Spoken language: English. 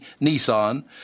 Nissan